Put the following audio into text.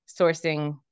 sourcing